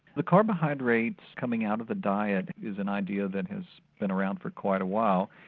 the carbohydrates coming out of the diet is an idea that has been around for quite a while.